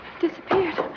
Disappeared